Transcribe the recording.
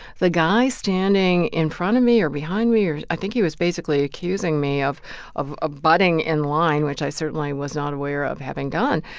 the guy standing in front of me or behind me or i think he was basically accusing me of of ah butting in line, which i certainly was not aware of having done.